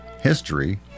history